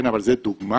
אבל זו דוגמה,